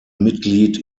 mitglied